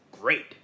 Great